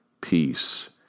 peace